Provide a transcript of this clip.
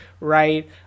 right